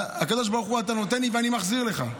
הקדוש ברוך הוא, אתה נותן לי ואני מחזיר לך.